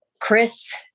Chris